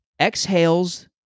exhales